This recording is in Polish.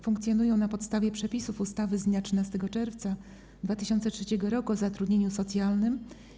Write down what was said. Funkcjonują na podstawie przepisów ustawy z dnia 13 czerwca 2003 r. o zatrudnieniu socjalnym.